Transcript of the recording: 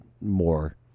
more